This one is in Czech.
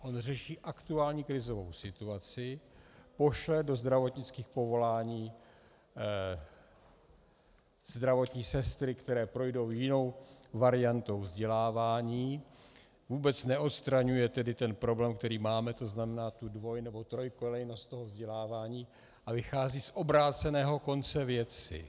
On řeší aktuální krizovou situaci, pošle do zdravotnických povolání zdravotní sestry, které projdou jinou variantou vzdělávání, vůbec tedy neodstraňuje ten problém, který máme, to znamená tu dvoj nebo trojkolejnost vzdělávání, a vychází z obráceného konce věci.